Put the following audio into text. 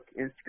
instagram